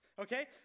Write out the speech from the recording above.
Okay